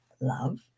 love